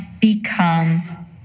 become